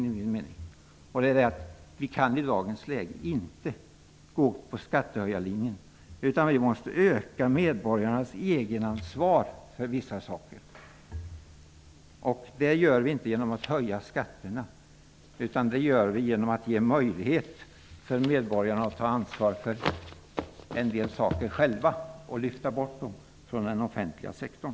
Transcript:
I dagens läge kan vi anta skattehöjarlinjen, utan vi måste öka medborgarnas egenansvar för vissa saker. Det gör vi inte genom att höja skatterna utan genom att ge möjlighet för medborgarna att själva ta ansvar för en del saker och att lyfta bort dessa från den offentliga sektorn.